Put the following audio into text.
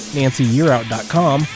nancyyearout.com